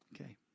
Okay